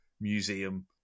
museum